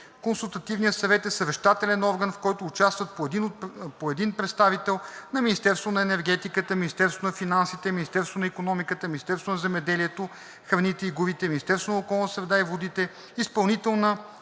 Консултативният съвет е съвещателен орган, в който участват по един представител на Министерството на енергетиката, Министерството на финансите, Министерството на икономиката, Министерството на земеделието, храните и горите, Министерството на околната среда и водите,